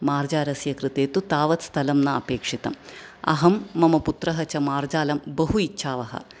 मार्जारस्य कृते रु तावत् स्थलं न अपेक्षितं अहं मम पुत्रः च मार्जालं बहु इच्छावः